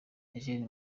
eugene